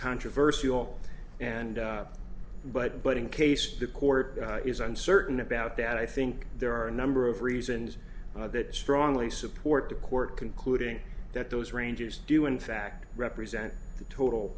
controversy all and but but in case the court is uncertain about that i think there are a number of reasons that strongly support the court concluding that those ranges do in fact represent the total